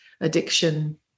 addiction